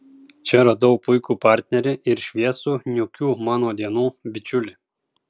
čia radau puikų partnerį ir šviesų niūkių mano dienų bičiulį